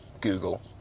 Google